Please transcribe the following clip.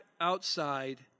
outside